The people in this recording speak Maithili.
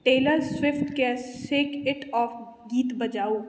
टेलर स्विफ्टके शेक इट ऑफ गीत बजाउ